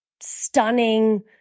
stunning